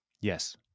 Yes